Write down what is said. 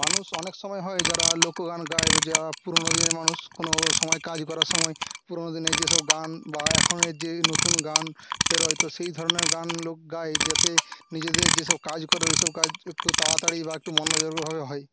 মানুষ অনেক সময় হয় যারা লোক গান গায় বা যা পুরনো দিনের মানুষ কোনো সময় কাজ করার সময় পুরনো দিনের যেসব গান বা এখনের যে নতুন গান বেরোয় তো সেই ধরণের গান লোক গায় যাতে নিজেদের যে সব কাজ করে ওই সব কাজ একটু তাড়াতাড়ি বা একটু মনোযোগভাবে হয়